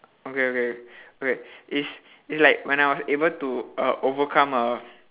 okay okay okay is it's like when I was able to uh overcome a